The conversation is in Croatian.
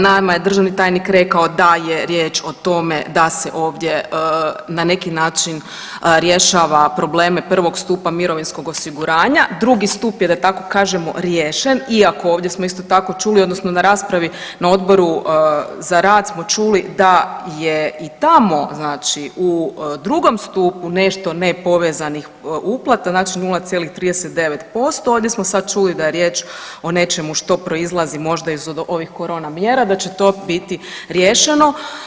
Nama je državni tajnik rekao da je riječ o tome da se ovdje na neki način rješava probleme prvog stupa mirovinskog osiguranja, drugi stup je, da tako kažemo, riješen, iako ovdje smo isto tako čuli, odnosno na raspravi na Odboru za rad smo čuli da je i tamo znači u drugom stupu nešto nepovezanih uplata, znači 0,39%, ovdje smo sad čuli da je riječ o nečemu što proizlazi možda iz ovih korona mjera, da će to biti riješeno.